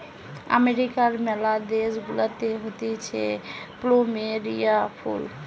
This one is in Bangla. আমেরিকার ম্যালা দেশ গুলাতে হতিছে প্লুমেরিয়া ফুল